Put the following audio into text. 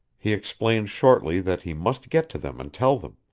he explained shortly that he must get to them and tell them.